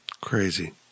Crazy